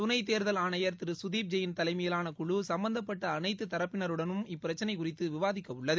துணை தேர்தல் ஆணையர் திரு குதீப் ஜெயின் தலைமையிலான குழு சம்பந்தப்பட்ட அனைத்து தரப்பினருடன் இப்பிரச்சனை குறித்து விவாதிக்க உள்ளது